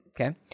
okay